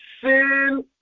sin